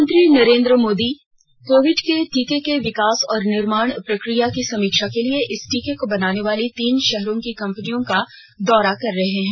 प्रधानमंत्री नरेन्द्र मोदी कोविड के टीके के विकास और निर्माण प्रक्रिया की समीक्षा के लिए इस टीके को बनाने वाली तीन शहरों की कम्पनियों का दौरा कर रहे हैं